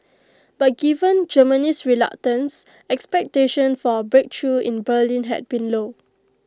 but given Germany's reluctance expectations for A breakthrough in Berlin had been low